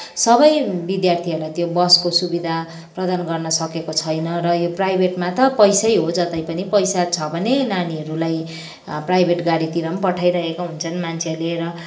सबै विद्यार्थीहरूलाई त्यो बसको सुविधा प्रदान गर्न सकेको छैन र यो प्राइभेटमा त पैसै हो जतै पनि पैसा छ भने नानीहरूलाई प्राइभेट गाडीति पनि पनि पठाइरहेका हुन्छन् मान्छेहरूले र